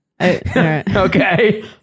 Okay